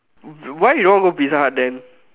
why you don't want go pizza hut then